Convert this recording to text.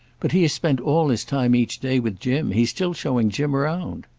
but he has spent all his time each day with jim. he's still showing jim round.